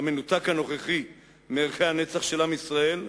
המנותק הנוכחי מערכי הנצח של עם ישראל,